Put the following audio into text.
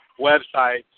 websites